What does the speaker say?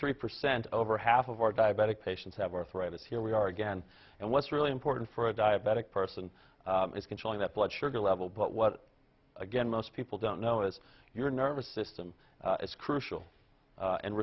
three percent over half of our diabetic patients have arthritis here we are again and what's really important for a diabetic person is controlling that blood sugar level but what again most people don't know is your nervous system is crucial